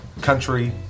Country